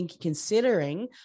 considering